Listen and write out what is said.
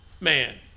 man